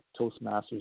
Toastmasters